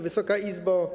Wysoka Izbo!